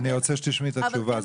אני רוצה שתשמעי את התשובה.